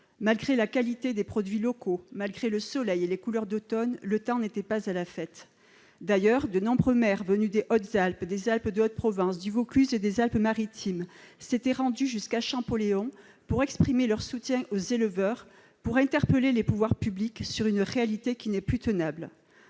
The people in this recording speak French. Malgré la qualité des produits locaux, malgré le soleil et les couleurs d'automne, le temps n'était pas à la fête. D'ailleurs, de nombreux maires venus des Hautes-Alpes, des Alpes-de-Haute-Provence, de Vaucluse et des Alpes-Maritimes s'étaient rendus jusqu'à Champoléon pour exprimer leur soutien aux éleveurs, et interpeller les pouvoirs publics sur une réalité qui n'est plus tenable.